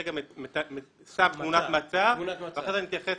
אני רגע שם תמונת מצב ואחרי זה אתייחס